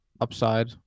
upside